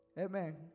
Amen